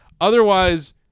Otherwise